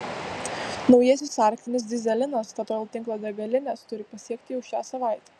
naujasis arktinis dyzelinas statoil tinklo degalines turi pasiekti jau šią savaitę